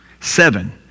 Seven